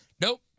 Nope